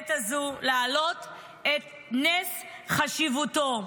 מהעת הזאת להעלות על נס את חשיבותו.